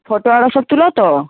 photo আরে সব তোলো তো